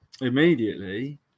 immediately